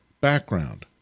background